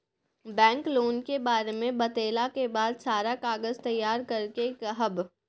Bank loan के बारे मे बतेला के बाद सारा कागज तैयार करे के कहब?